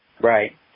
Right